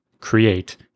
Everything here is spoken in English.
create